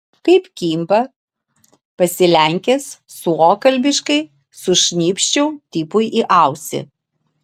kaip kimba pasilenkęs suokalbiškai sušnypščiau tipui į ausį